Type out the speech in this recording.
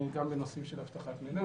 גם בנושאים של אבטחת מידע.